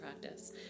practice